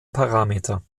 parameter